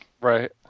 right